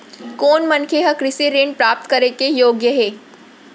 कोन मनखे ह कृषि ऋण प्राप्त करे के योग्य हे?